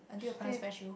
until your parents fetch you